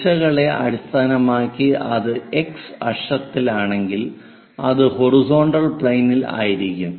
ദിശകളെ അടിസ്ഥാനമാക്കി അത് x അക്ഷത്തിലാണെങ്കിൽ അത് ഹൊറിസോണ്ടൽ പ്ലെയിനിൽ ആയിരിക്കും